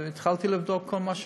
והתחלתי לבדוק כל מה שקורה,